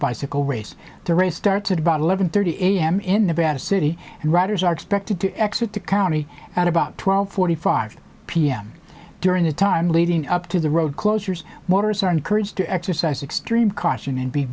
bicycle race the race starts at about eleven thirty a m in nevada city and riders are expected to exit the county at about twelve forty five p m during the time leading up to the road closures motorists are encouraged to exercise extreme caution and be